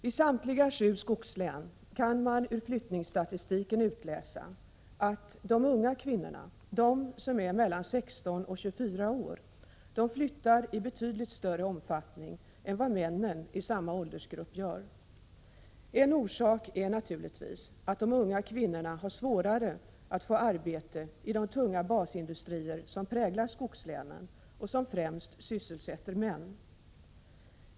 I samtliga sju skogslän kan man ur flyttningsstatistiken utläsa att de unga kvinnorna, de som är mellan 16 och 24 år, flyttar i betydligt större omfattning än männen i samma åldersgrupp. En orsak är naturligtvis att de unga kvinnorna har svårare att få arbete i de ”tunga” basindustrier som präglar skogslänen och som främst sysselsätter män.